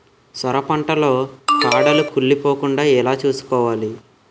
సొర పంట లో కాడలు కుళ్ళి పోకుండా ఎలా చూసుకోవాలి?